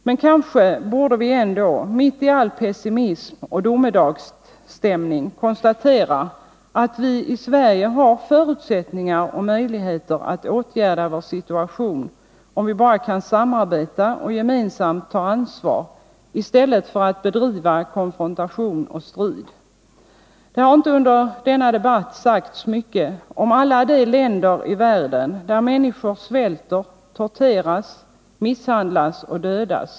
Men kanske borde vi ändå mitt i all pessimism och domedagsstämning konstatera att vi i Sverige har förutsättningar och möjligheter att åtgärda vår situation, om vi bara kan samarbeta och gemensamt ta ansvar i stället för att bedriva konfrontation och strid. Det har inte under denna debatt sagts mycket om alla de länder i världen där människor svälter, torteras, misshandlas och dödas.